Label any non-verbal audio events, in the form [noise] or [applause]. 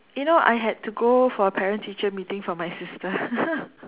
you know I had to go for a parent teacher meeting for my sister [laughs]